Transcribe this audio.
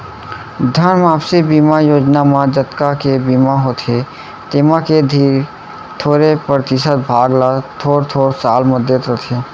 धन वापसी बीमा योजना म जतका के बीमा होथे तेमा के थोरे परतिसत भाग ल थोर थोर साल म देत रथें